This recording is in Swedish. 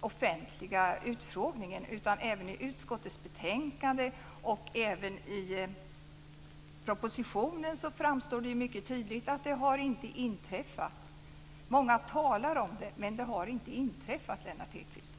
offentliga utfrågningen, utan även i utskottets betänkande och i propositionen framstår det mycket tydligt att det inte har inträffat. Många talar om det, men det har inte inträffat, Lennart Hedquist.